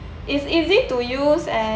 it's easy to use and